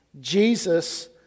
Jesus